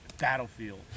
Battlefield